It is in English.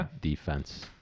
defense